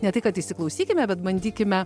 ne tai kad įsiklausykime bet bandykime